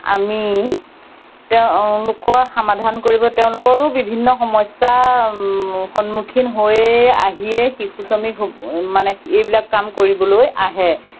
আমি তেওঁলোকৰ সমাধান কৰিব তেওঁলোকৰো বিভিন্ন সমস্যা সন্মুখীন হৈয়ে আহিয়েই শিশু শ্ৰমিক হ'ব মানে এইবিলাক কাম কৰিবলৈ আহে